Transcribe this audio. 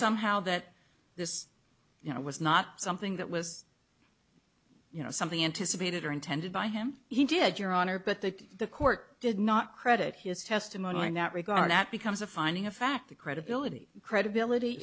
somehow that this you know was not something that was you know something anticipated or intended by him he did your honor but that the court did not credit his testimony in that regard that becomes a finding of fact the credibility credibility